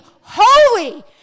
holy